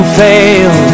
fail